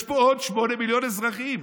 יש פה עוד שמונה מיליון אזרחים.